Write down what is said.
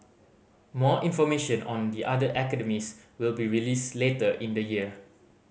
more information on the other academies will be released later in the year